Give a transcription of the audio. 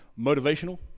motivational